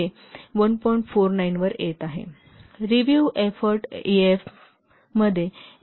49 वर येत आहे रिव्हायव ईएएफमध्ये एफोर्ट 26